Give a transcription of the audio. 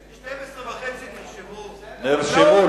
השעה 00:30. תרשמו?